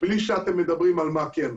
בלי שאתם מדברים על מה כן.